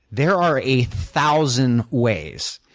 there are a thousand ways.